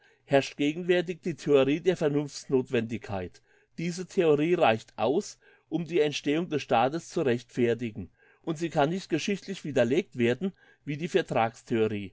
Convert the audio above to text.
herrscht gegenwärtig die theorie der vernunftnothwendigkeit diese theorie reicht aus um die entstehung des staates zu rechtfertigen und sie kann nicht geschichtlich widerlegt werden wie die